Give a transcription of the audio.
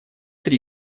три